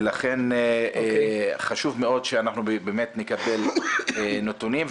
ולכן חשוב מאוד שאנחנו נקבל נתונים,